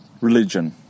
religion